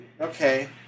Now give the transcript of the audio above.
Okay